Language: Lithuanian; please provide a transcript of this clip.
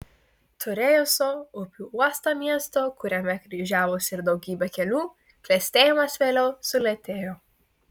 turėjusio upių uostą miesto kuriame kryžiavosi ir daugybė kelių klestėjimas vėliau sulėtėjo